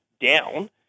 down